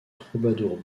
troubadour